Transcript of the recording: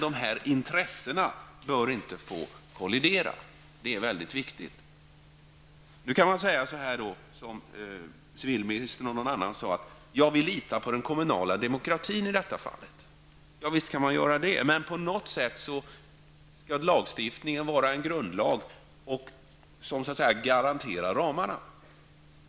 Det är mycket viktigt att dessa intressen inte kolliderar. Civilministern och någon annan sade att man litar på den kommunala demokrati i det här fallet. Visst kan man göra det, men lagstiftningen skall på något sätt vara en grundlag som garanterar ramarna.